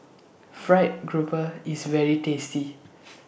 Fried Grouper IS very tasty